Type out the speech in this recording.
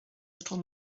little